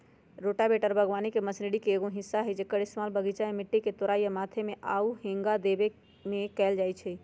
rotavator बगवानी machinery के एगो हिस्सा हई जेक्कर इस्तेमाल बगीचा में मिट्टी के तोराई आ मथे में आउ हेंगा देबे में कएल जाई छई